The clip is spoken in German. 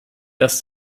das